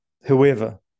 whoever